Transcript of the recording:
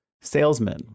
salesmen